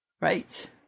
Right